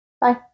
Bye